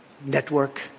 network